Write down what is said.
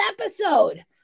episode